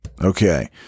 okay